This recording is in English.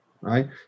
right